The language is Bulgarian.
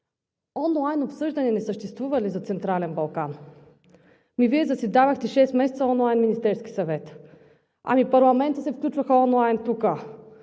Онлайн обсъждане не съществува ли за „Централен Балкан“? Вие заседавахте шест месеца онлайн Министерският съвет. В парламента се включваха онлайн тук.